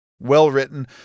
well-written